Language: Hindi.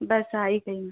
बस आ ही गईं